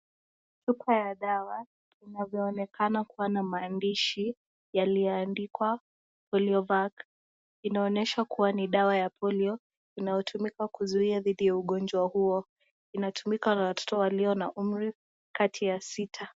Chupa ya dawa inavyoonekana kuwa na maandishi yaliyoandikwa Poliovac. Inaonyesha kuwa ni dawa ya polio inayotumika kuzuia dhidi ya ugonjwa huo. Inatumika kwa watoto walio na umri kati ya sita.